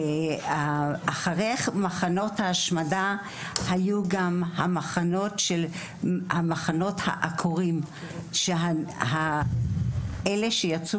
אחרי מחנות ההשמדה היו גם מחנות העקורים ואלה שיצאו